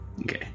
okay